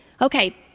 Okay